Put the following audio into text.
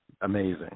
amazing